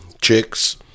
chicks